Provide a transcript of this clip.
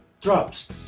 drops